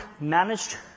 managed